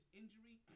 injury